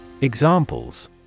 Examples